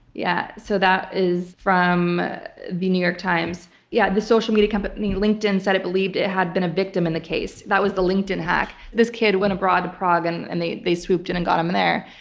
yeah. so that is from the new york times. yeah. the social media company, linkedin said it believed it had been a victim in the case. that was the linkedin hack. this kid went abroad to prague and and they they swooped in and got him there.